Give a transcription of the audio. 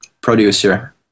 producer